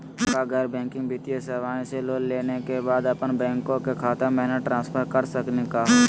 का गैर बैंकिंग वित्तीय सेवाएं स लोन लेवै के बाद अपन बैंको के खाता महिना ट्रांसफर कर सकनी का हो?